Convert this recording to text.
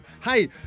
Hey